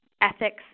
ethics